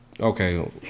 Okay